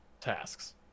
tasks